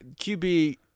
QB